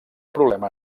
problema